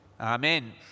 Amen